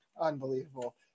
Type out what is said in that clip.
Unbelievable